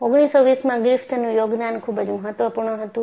1920 માં ગ્રિફિથનું યોગદાન ખૂબ જ મહત્વપૂર્ણ હતું